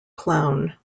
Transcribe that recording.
clown